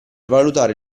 valutare